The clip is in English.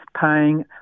paying